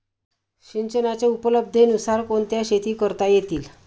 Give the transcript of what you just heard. सिंचनाच्या उपलब्धतेनुसार कोणत्या शेती करता येतील?